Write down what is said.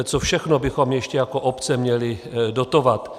Co všechno bychom ještě jako obce měli dotovat?